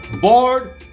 Board